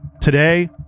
Today